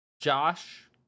Josh